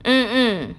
mm mm